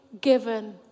given